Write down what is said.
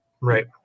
Right